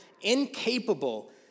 incapable